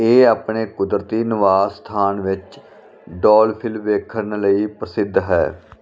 ਇਹ ਆਪਣੇ ਕੁਦਰਤੀ ਨਿਵਾਸ ਸਥਾਨ ਵਿੱਚ ਡੌਲਫਿਲ ਵੇਖਣ ਲਈ ਪ੍ਰਸਿੱਧ ਹੈ